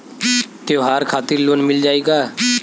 त्योहार खातिर लोन मिल जाई का?